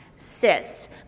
cysts